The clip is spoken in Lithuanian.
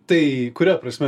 tai kuria prasme